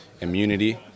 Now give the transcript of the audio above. immunity